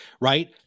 right